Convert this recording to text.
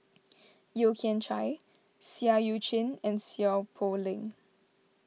Yeo Kian Chai Seah Eu Chin and Seow Poh Leng